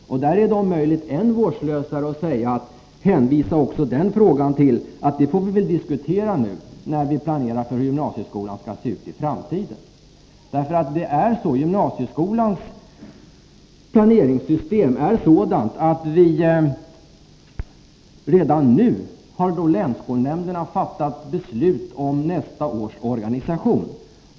Där är det om möjligt än mer vårdslöst att hänvisa till att vi väl får diskutera det när vi planerar för hur gymnasieskolan skall se ut i framtiden. Gymnasieskolans planeringssystem är nämligen sådant att länsskolnämnderna redan nu har fattat beslut om nästa års organisation.